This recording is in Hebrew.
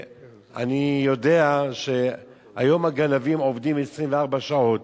אני יודע שהיום הגנבים עובדים 24 שעות,